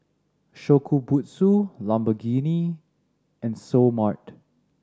Shokubutsu Lamborghini and Seoul Mart